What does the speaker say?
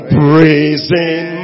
praising